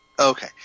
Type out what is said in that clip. Okay